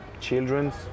childrens